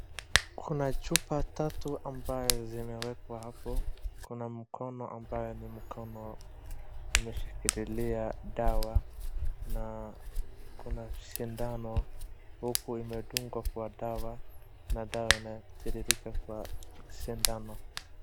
Kuna chupa tatu ambayo zimewekwa hapo. Kuna mkono ambayo ni mkono imeshikilia dawa, na kuna sindano huku imedungwa kwa dawa na dawa inatiririka kwa sindano.